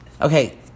Okay